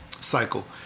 cycle